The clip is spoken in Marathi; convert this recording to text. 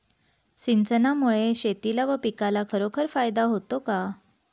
सिंचनामुळे शेतीला व पिकाला खरोखर फायदा होतो का?